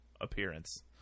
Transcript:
appearance